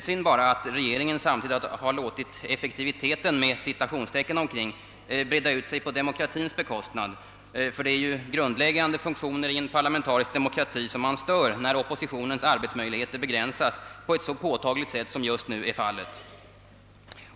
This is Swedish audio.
Det är bara synd att regeringen samtidigt låtit »effektiviteten» breda ut sig på demokratins bekostnad. Ty det är ju grundläggande funktioner i en parlamentarisk demokrati som störs när oppositionens arbetsmöjligheter begränsas så påtagligt som just nu är fallet.